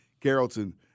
Carrollton